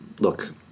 look